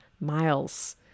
Miles